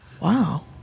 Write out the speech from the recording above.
Wow